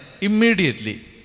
immediately